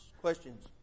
questions